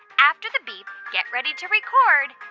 after the beep, get ready to record